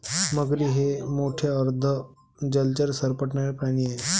मगरी हे मोठे अर्ध जलचर सरपटणारे प्राणी आहेत